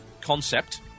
concept